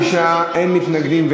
צריך לדאוג שזה יהיה מהיר,